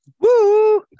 woo